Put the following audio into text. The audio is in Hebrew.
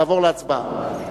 לעבור להצבעה.